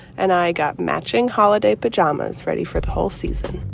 and i got matching holiday pajamas ready for whole season